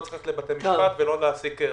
לא צריך ללכת לבתי משפט ולא להעסיק עורכי דין.